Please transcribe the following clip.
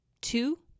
two